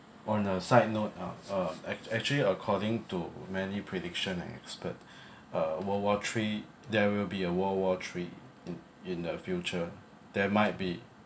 on a side note ah uh act~ actually according to many prediction and expert uh world war three there will be a world war three in in the future there might be